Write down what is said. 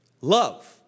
Love